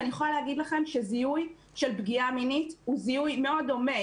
ואני יכולה להגיד לכם שזיהוי של פגיעה מינית הוא זיהוי מאוד דומה.